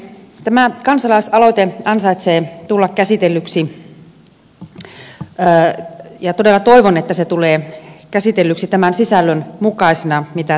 tämä kansalaisaloite ansaitsee tulla käsitellyksi ja todella toivon että se tulee käsitellyksi tämän sisällön mukaisena mitä tässä on